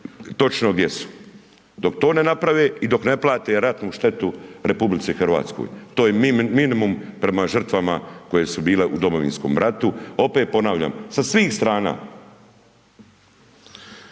točno gdje su. Dok to ne naprave i dok ne plate ratnu štetu RH, to je minimum prema žrtvama koje su bile u Domovinskom ratu. Opet ponavljam sa svih strana.